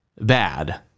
bad